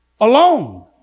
Alone